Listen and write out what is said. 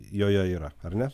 joje yra ar ne